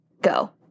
Go